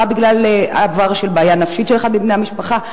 בגלל עבר של בעיה נפשית של אחד מבני המשפחה,